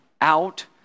out